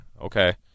Okay